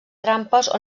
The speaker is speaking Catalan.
trampes